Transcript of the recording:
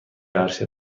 عرشه